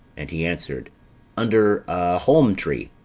and he answered under a holm tree.